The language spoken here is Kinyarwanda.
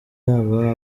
yaba